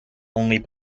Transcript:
only